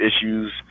issues